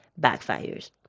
backfires